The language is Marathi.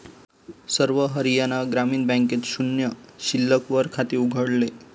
सर्व हरियाणा ग्रामीण बँकेत शून्य शिल्लक वर खाते उघडले